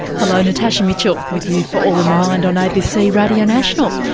hello, natasha mitchell with you for all in the mind on abc radio national,